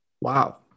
Wow